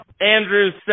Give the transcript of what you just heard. Andrews